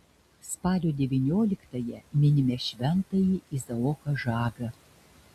spalio devynioliktąją minime šventąjį izaoką žagą